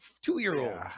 two-year-old